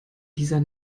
dieser